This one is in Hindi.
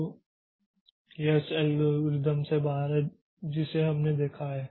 तो यह उस एल्गोरिथ्म से बाहर है जिसे हमने देखा है